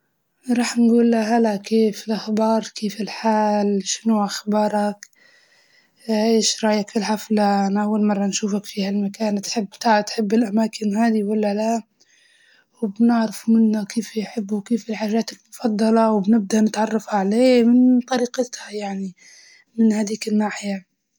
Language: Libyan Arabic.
راح نقول هلا كيف الأخبار كيف الحال؟ شنو أخبارك؟ إيش رايك في الحفلة؟ أنا أول مرة نشوفك في هالمكان تحب بتاع تحب الأماكن هادي ولا لا؟ وبتعرف منه كيف بيحب وكيف الحاجات المفضلة ونبدا نتعرف عليه من طريقتها يعني، من هديك الناحية.